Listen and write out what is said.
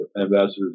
ambassadors